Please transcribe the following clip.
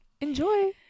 enjoy